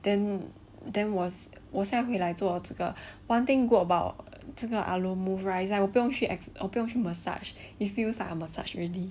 then then 我现在回来做这个 one thing good about 这个 alo move right 我不用去 massage it feels like a massage already